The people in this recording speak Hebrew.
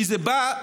כי זה בא,